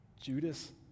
Judas